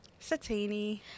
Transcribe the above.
Satini